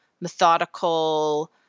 methodical